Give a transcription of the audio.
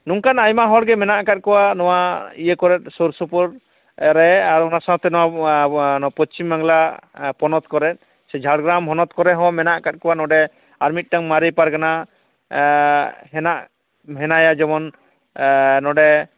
ᱱᱚᱝᱠᱟᱱ ᱟᱭᱢᱟ ᱦᱚᱲᱜᱮ ᱢᱮᱱᱟᱜ ᱟᱠᱟᱫ ᱠᱚᱣᱟ ᱱᱚᱣᱟ ᱤᱭᱟᱹ ᱠᱚᱨᱮᱫ ᱥᱩᱨ ᱥᱩᱯᱩᱨ ᱨᱮ ᱚᱱᱟ ᱥᱟᱶᱛᱮ ᱱᱚᱣᱟ ᱟᱵᱚᱣᱟᱜ ᱯᱚᱪᱷᱤᱢ ᱵᱟᱝᱞᱟ ᱯᱚᱱᱚᱛ ᱠᱚᱨᱮᱫ ᱥᱮ ᱡᱷᱟᱲᱜᱨᱟᱢ ᱦᱚᱱᱚᱛ ᱠᱚᱨᱮ ᱦᱚᱸ ᱢᱮᱱᱟᱜ ᱟᱠᱟᱫ ᱠᱚᱣᱟ ᱱᱚᱰᱮ ᱟᱨᱢᱤᱫ ᱴᱮᱱ ᱢᱟᱨᱮ ᱢᱟᱨᱜᱟᱱᱟ ᱦᱮᱱᱟᱜ ᱦᱮᱱᱟᱭᱟ ᱡᱮᱢᱚᱱ ᱱᱚᱰᱮ